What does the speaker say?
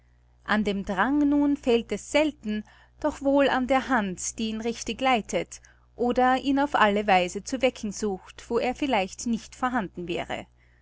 an dem drang nun fehlt es selten doch wohl an der hand die ihn richtig leitet oder ihn auf alle weise zu wecken sucht wo er vielleicht nicht vorhanden wäre